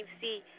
see